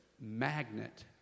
magnet